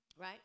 Right